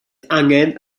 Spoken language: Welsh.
angen